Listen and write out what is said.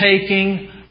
taking